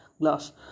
glass